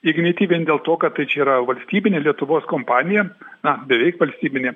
ignitį vien dėl to kad tai čia yra valstybinė lietuvos kompanija na beveik valstybinė